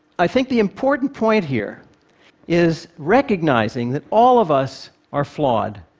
i think the important point here is recognizing that all of us are flawed.